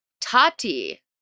Tati